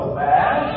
bad